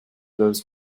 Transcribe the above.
those